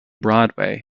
broadway